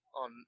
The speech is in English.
on